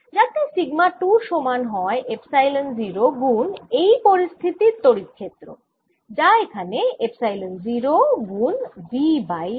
যাতে সিগমা 2 সমান হয় এপসাইলন 0 গুণ এই পরিস্থিতির তড়িৎ ক্ষেত্র যা এখানে এপসাইলন 0 গুণ V বাই d